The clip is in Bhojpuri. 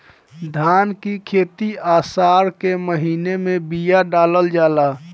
धान की खेती आसार के महीना में बिया डालल जाला?